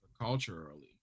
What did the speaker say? culturally